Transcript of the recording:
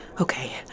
Okay